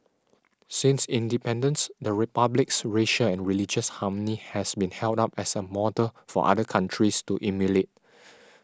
since independence the Republic's racial and religious harmony has been held up as a model for other countries to emulate